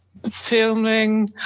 filming